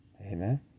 amen